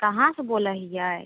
कहाँ से बोला ही आए